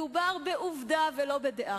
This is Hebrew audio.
מדובר בעובדה ולא בדעה.